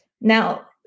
Now